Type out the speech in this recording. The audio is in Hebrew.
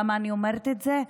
למה אני אומרת את זה?